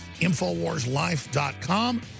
InfoWarsLife.com